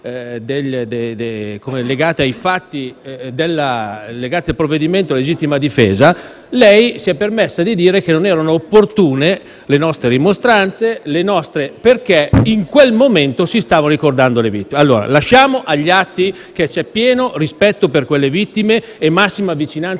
legate a fatti connessi alla normativa sulla legittima difesa, lei si è permessa di dire che non erano opportune le nostre rimostranze, perché in quel momento si stavano ricordando le vittime. Lasciamo agli atti che c'è pieno rispetto per quelle vittime e massima vicinanza